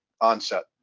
onset